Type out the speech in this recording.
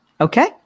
Okay